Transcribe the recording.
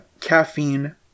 Caffeine